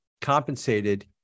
compensated